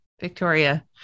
Victoria